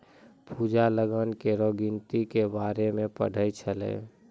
पूजा लगान केरो गिनती के बारे मे पढ़ै छलै